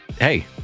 hey